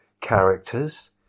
characters